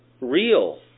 real